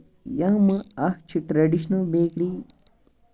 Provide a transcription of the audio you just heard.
یَتھ منٛز اکھ چھُ ٹریڈِشنل بیکری